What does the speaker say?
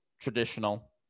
traditional